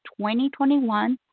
2021